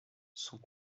sont